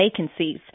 vacancies